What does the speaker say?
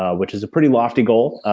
ah which is a pretty lofty goal.